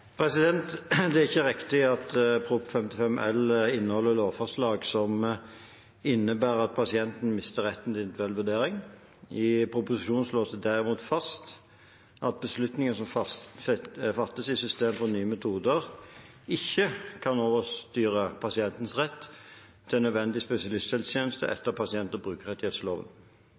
Det er ikke riktig at Prop. 55 L for 2018–2019 inneholder lovforslag som innebærer at pasienter mister retten til individuell vurdering. I proposisjonen slås det derimot fast at beslutninger som fattes i systemet for nye metoder, ikke kan overstyre pasientens rett til nødvendig spesialisthelsetjeneste etter pasient- og brukerrettighetsloven.